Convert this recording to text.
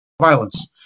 violence